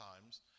times